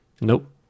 Nope